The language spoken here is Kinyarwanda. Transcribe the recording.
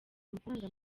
amafaranga